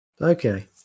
Okay